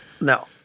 No